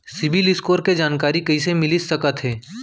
CIBIL score के जानकारी कइसे मिलिस सकथे?